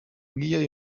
ngiyo